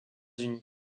unis